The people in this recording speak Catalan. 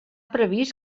previst